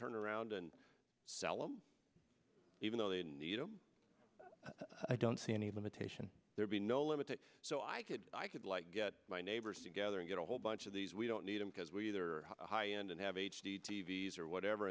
turn around and sell them even though they need them i don't see any limitation there be no limit so i could i could like get my neighbors together and get a whole bunch of these we don't need them because we either a high end and have h d t v s or whatever